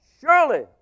surely